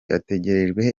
ategerejwe